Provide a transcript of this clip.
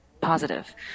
positive